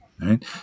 right